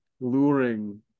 luring